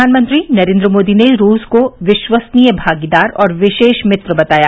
प्रधानमंत्री नरेंद्र मोदी ने रूस को विश्वसनीय भागीदार और विशेष मित्र बताया